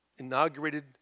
Inaugurated